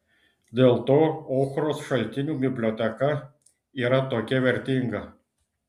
dėl to ochros šaltinių biblioteka yra tokia vertinga